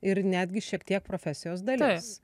ir netgi šiek tiek profesijos dalis